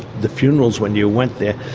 the funerals when you went there,